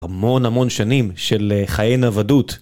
המון המון שנים של חיי נוודות